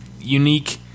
unique